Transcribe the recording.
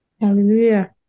Hallelujah